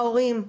ההורים,